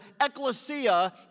ecclesia